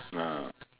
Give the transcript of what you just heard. no